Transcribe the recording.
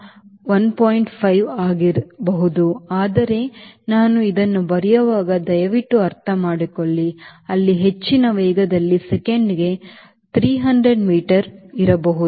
5 ಆಗಿರಬಹುದು ಆದರೆ ನಾನು ಇದನ್ನು ಬರೆಯುವಾಗ ದಯವಿಟ್ಟು ಅರ್ಥಮಾಡಿಕೊಳ್ಳಿ ಅಲ್ಲಿ ಹೆಚ್ಚಿನ ವೇಗದಲ್ಲಿ ಸೆಕೆಂಡಿಗೆ 300 ಮೀಟರ್ ಇರಬಹುದು